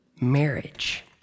marriage